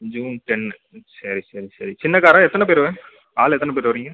June ten சரி செரி சரி சின்ன காரா எத்தனை பேர் ஆள் எத்தனை பேர் வர்றீங்க